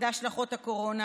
להשלכות הקורונה,